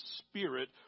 Spirit